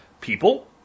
people